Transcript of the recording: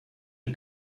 lui